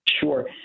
Sure